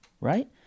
right